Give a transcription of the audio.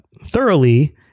thoroughly